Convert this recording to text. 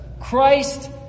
Christ